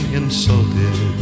insulted